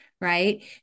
Right